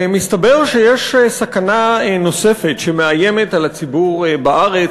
מסתבר שיש סכנה נוספת שמאיימת על הציבור בארץ,